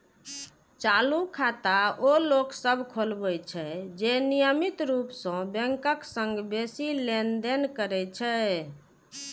चालू खाता ओ लोक सभ खोलबै छै, जे नियमित रूप सं बैंकक संग बेसी लेनदेन करै छै